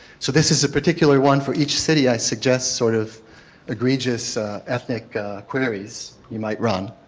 so this is a particular one for each city i suggest sort of egregious ethnic queries you might run.